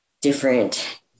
different